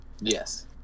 Yes